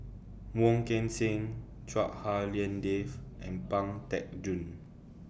Wong Kan Seng Chua Hak Lien Dave and Pang Teck Joon